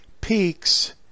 peaks